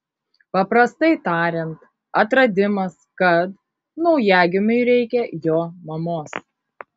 paprastai tariant atradimas kad naujagimiui reikia jo mamos